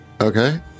Okay